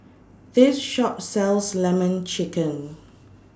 This Shop sells Lemon Chicken